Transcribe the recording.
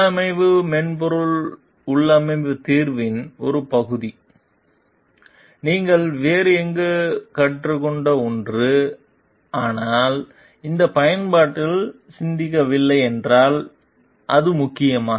உள்ளமைவு மென்பொருள் உள்ளமைவு தீர்வின் ஒரு பகுதி நீங்கள் வேறு எங்கும் கற்றுக்கொண்ட ஒன்று ஆனால் இந்த பயன்பாட்டில் சிந்திக்கவில்லை என்றால் அது முக்கியமா